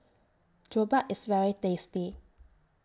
Jokbal IS very tasty